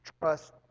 Trust